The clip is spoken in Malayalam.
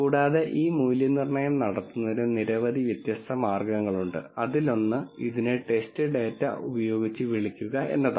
കൂടാതെ ഈ മൂല്യനിർണ്ണയം നടത്തുന്നതിന് നിരവധി വ്യത്യസ്ത മാർഗങ്ങളുണ്ട് അതിലൊന്ന് ഇതിനെ ടെസ്റ്റ് ഡാറ്റ ഉപയോഗിച്ച് വിളിക്കുക എന്നതാണ്